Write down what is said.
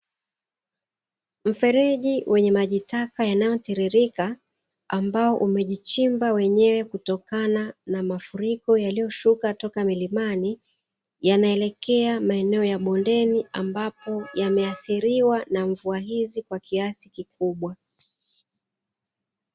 Mfereji wenye maji taka unaotirirka ambao umejichimba wenyewe kutokana na mafuriko, yaliyoshuka toka milimani yanaelekea maeneo ya bondeni ambapo yameathiriwa na mvua hizi kwa kiasi kikubwa.